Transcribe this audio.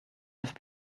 have